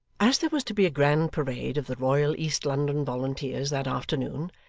as there was to be a grand parade of the royal east london volunteers that afternoon,